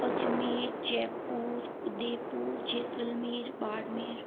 Ajmer Jaipur Udaipur Jaisalmer Barmer